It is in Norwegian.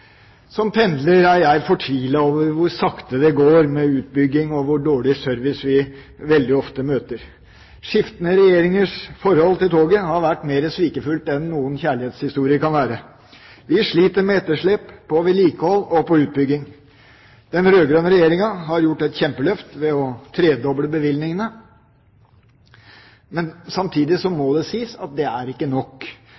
Som pendler er jeg fortvilet over hvor sakte det går med utbyggingen og hvor dårlig service vi veldig ofte møter. Skiftende regjeringers forhold til toget har vært mer svikefullt enn noen kjærlighetshistorie kan være. Vi sliter med etterslep på vedlikehold og på utbygging. Den rød-grønne regjeringa har gjort et kjempeløft ved å tredoble bevilgningene, men samtidig må